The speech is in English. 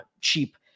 cheap